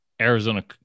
Arizona